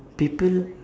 people